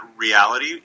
reality